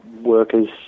workers